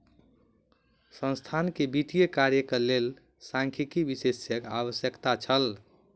संस्थान के वित्तीय कार्य के लेल सांख्यिकी विशेषज्ञक आवश्यकता छल